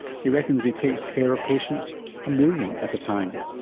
he reckons he takes care of patients a million at a time.